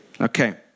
Okay